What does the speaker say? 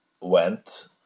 went